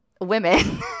women